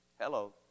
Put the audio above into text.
Hello